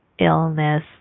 illness